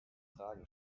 fragen